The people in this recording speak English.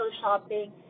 shopping